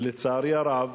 ולצערי הרב,